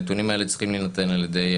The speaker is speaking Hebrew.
אבל המספרים מדברים בעד עצמם.